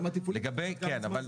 גם התפעולית ייקח זמן.